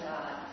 God